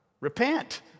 Repent